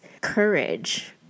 courage